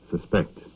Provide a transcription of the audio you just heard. suspect